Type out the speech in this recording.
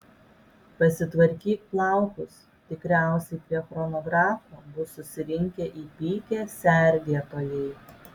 pasitvarkyk plaukus tikriausiai prie chronografo bus susirinkę įpykę sergėtojai